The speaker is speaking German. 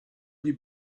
die